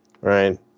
Right